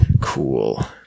Cool